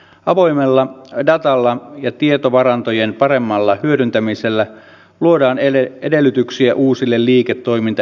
avoimella datalla ja tietovarantojen paremmalla hyödyntämisellä luodaan edellytyksiä uusille liiketoimintaideoille